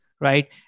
right